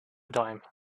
dime